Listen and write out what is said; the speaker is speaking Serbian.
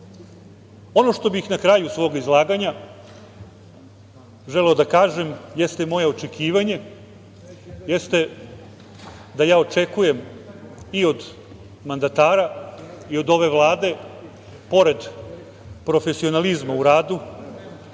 što bih na kraju svog izlaganja želeo da kažem jeste moje očekivanje, da ja očekujem i od mandatara i od ove Vlade, pored profesionalizma u radu